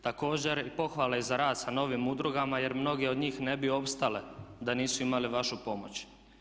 Također i pohvale za rad sa novim udrugama jer mnoge od njih ne bi opstale da nisu imale vašu pomoć.